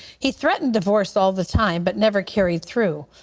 he threatens divorce all the time but never carried through.